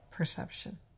Perception